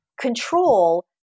Control